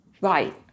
right